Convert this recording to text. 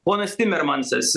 ponas timermansas